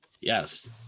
yes